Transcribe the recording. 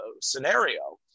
scenario